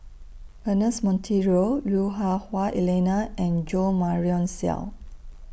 Ernest Monteiro Lui Hah Wah Elena and Jo Marion Seow